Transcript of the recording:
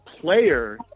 player